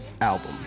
album